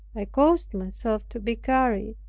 i caused myself to be carried,